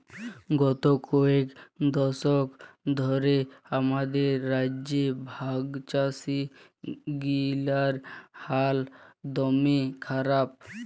গত কয়েক দশক ধ্যরে আমাদের রাজ্যে ভাগচাষীগিলার হাল দম্যে খারাপ